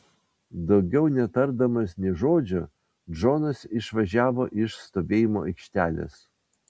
daugiau netardamas nė žodžio džonas išvažiavo iš stovėjimo aikštelės